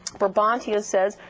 brabantio says,